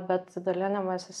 bet dalinimasis